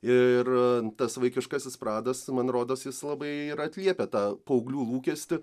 ir tas vaikiškasis pradas man rodos jis labai ir atliepia tą paauglių lūkestį